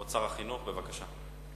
כבוד שר החינוך, בבקשה.